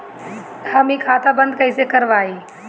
हम इ खाता बंद कइसे करवाई?